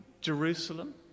Jerusalem